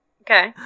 Okay